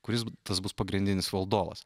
kuris tas bus pagrindinis valdovas